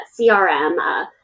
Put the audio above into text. crm